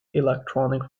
electronic